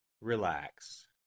Relax